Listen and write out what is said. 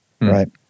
Right